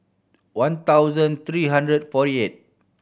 one thousand three hundred and forty eighth